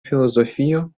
filozofio